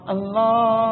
Allah